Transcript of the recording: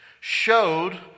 showed